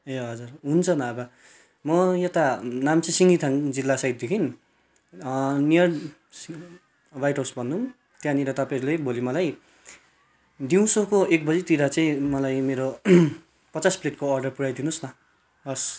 ए हजर हुन्छ नभए म यता नाम्ची सिङ्गिथान जिल्ला साइडदेखि नियर वाइट हाउस भनौँ त्यहाँनिर तपाईँहरूले भोलि मलाई दिउँसोको एक बजेतिर चाहिँ मलाई मेरो पचास प्लेटको अर्डर पुऱ्याइदिनुहोस् न हवस्